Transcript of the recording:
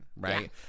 right